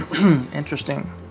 interesting